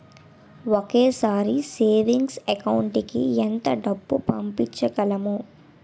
ఒకేసారి savings account కి ఎంత డబ్బు పంపించగలము?